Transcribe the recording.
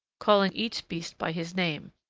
calling each beast by his name,